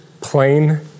plain